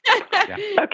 Okay